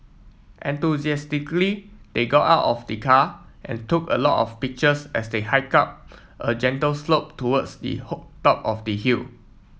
enthusiastically they got out of the car and took a lot of pictures as they hiked up a gentle slope towards the hole top of the hill